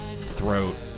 throat